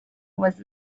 was